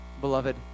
Beloved